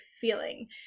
feeling